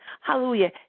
Hallelujah